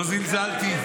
לא זלזלתי.